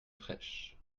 fraîches